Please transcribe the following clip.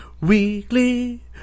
weekly